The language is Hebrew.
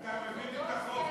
עדיין לא הצבענו.